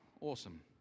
Awesome